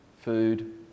food